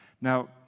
Now